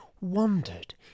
wandered